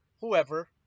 whoever